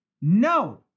No